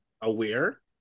aware